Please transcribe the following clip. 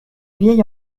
vieil